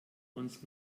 uns